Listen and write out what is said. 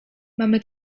mamy